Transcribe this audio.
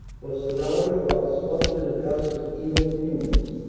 was surrounded while smothered in a gust of evil fumes.